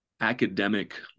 academic